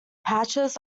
patches